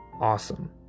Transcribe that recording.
awesome